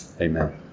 Amen